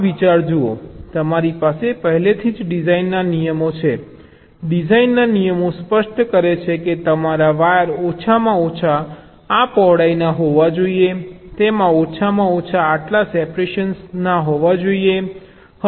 આ વિચાર જુઓ તમારી પાસે પહેલેથી જ ડિઝાઇન નિયમો છે ડિઝાઇન નિયમ સ્પષ્ટ કરે છે કે તમારા વાયર ઓછામાં ઓછા આ પહોળાઈના હોવા જોઈએ તેઓ ઓછામાં ઓછા આટલા સેપરેશનના હોવા જોઈએ